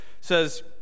says